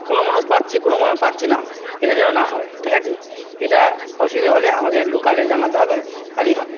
কোনো মানুষ পাচ্ছে কোনো মানুষ পাচ্ছে না এটা যেন না হয় ঠিক আছে এটা অসুবিধা হলে আমাদের লোকালে জানাতে হবে তাহলেই হবে